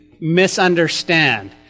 misunderstand